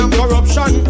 corruption